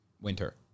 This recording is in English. winter